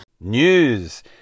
News